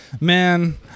Man